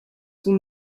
sont